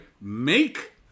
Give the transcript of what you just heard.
Make